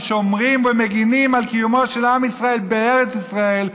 ששומרים ומגינים על קיומו של עם ישראל בארץ ישראל,